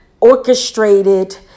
orchestrated